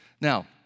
Now